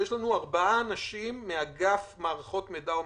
יש לנו ארבעה אנשים מאגף מערכות מידע ומחשוב,